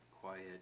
quiet